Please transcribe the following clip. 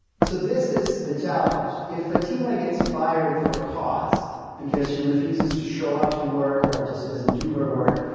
so this is the challenge. if fatima gets fired for cause because she refuses to show up to work or just doesn't do her work,